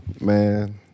Man